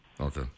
Okay